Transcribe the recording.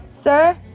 sir